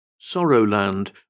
Sorrowland